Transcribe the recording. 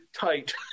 tight